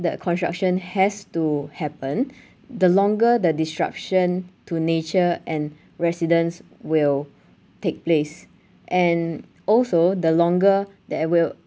the construction has to happen the longer the disruption to nature and residence will take place and also the longer that will